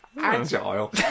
Agile